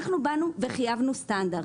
אנחנו חייבנו סטנדרט.